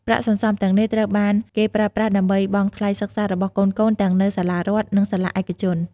ប្រាក់សន្សំទាំងនេះត្រូវបានគេប្រើប្រាស់ដើម្បីបង់ថ្លៃសិក្សារបស់កូនៗ ទាំងនៅសាលារដ្ឋ និងសាលាឯកជន។